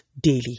daily